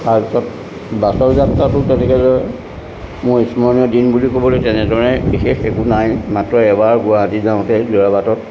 তাৰপিছত বাছৰ যাত্ৰাটো তেনেদৰে মোৰ স্মৰণীয় দিন বুলি ক'বলৈ তেনেদৰে বিশেষ একো নাই মাত্ৰ এবাৰ গুৱাহাটী যাওঁতে যোৰাবাটত